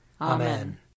Amen